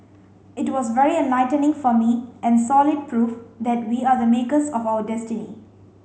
it was very enlightening for me and solid proof that we are the makers of our destiny